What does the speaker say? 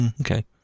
okay